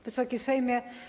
Wysoki Sejmie!